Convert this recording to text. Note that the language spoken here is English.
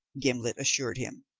gimblet assured him.